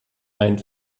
einen